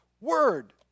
word